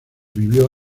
vivió